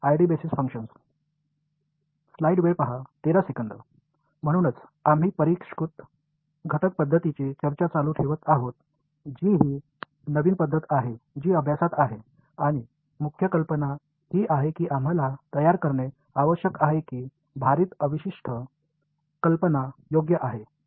म्हणूनच आम्ही परिष्कृत घटक पद्धतीची चर्चा चालू ठेवत आहोत जी ही नवीन पद्धत आहे जी अभ्यासत आहे आणि मुख्य कल्पना ही आहे की आम्हाला तयार करणे आवश्यक आहे ही भारित अवशिष्ट कल्पना योग्य आहे